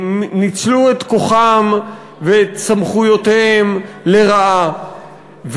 ניצלו את כוחם ואת סמכויותיהם לרעה.